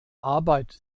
arbeit